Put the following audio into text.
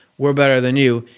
we're better than you.